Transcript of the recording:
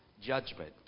judgment